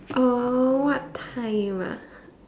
oh what time ah